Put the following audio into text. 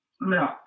no